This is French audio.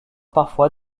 parfois